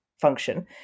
function